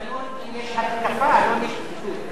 תקנון אם יש התקפה, לא אם יש ציטוט.